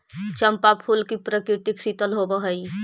चंपा फूल की प्रकृति शीतल होवअ हई